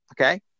okay